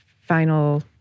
final